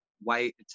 white